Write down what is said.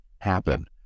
happen